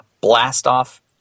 blastoff